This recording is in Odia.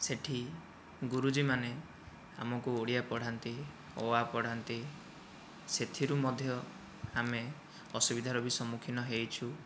ସେଠି ଗୁରୁଜୀମାନେ ଆମକୁ ଓଡ଼ିଆ ପଢ଼ାନ୍ତି ଅ ଆ ପଢ଼ାନ୍ତି ସେଥିରୁ ମଧ୍ୟ ଆମେ ଅସୁବିଧାର ବି ସମ୍ମୁଖୀନ ହୋଇଛୁ